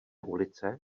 ulice